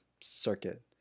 circuit